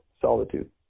solitude